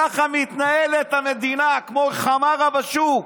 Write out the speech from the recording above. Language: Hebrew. ככה מתנהלת המדינה, כמו חמארה בשוק.